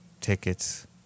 tickets